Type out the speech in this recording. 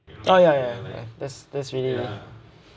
oh ya ya ya that's that's really